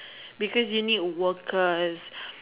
because you need workers